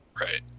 Right